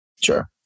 Sure